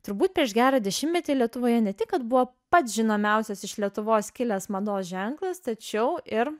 turbūt prieš gerą dešimtmetį lietuvoje ne tik kad buvo pats žinomiausias iš lietuvos kilęs mados ženklas tačiau ir